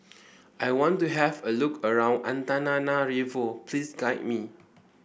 I want to have a look around Antananarivo please guide me